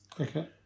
Okay